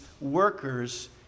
workers